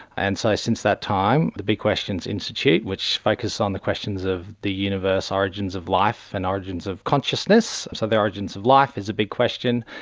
and so since that time the big questions institute, which focused on the questions of the universe origins of life and origins of consciousness, so the origins of life is a big question,